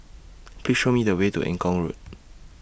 Please Show Me The Way to Eng Kong Road